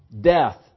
Death